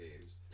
games